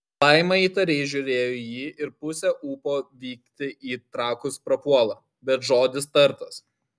laima įtariai žiūri į jį ir pusė ūpo vykti į trakus prapuola bet žodis tartas